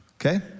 okay